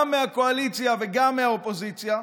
גם מהקואליציה וגם מהאופוזיציה.